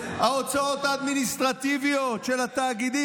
שההוצאות האדמיניסטרטיביות של התאגידים